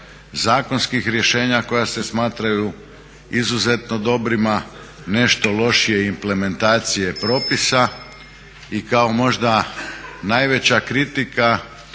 zakonskih rješenja koja se smatraju izuzetno dobrima, nešto lošije implementacije propisa i kao možda najveća kritika